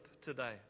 today